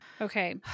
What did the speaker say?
Okay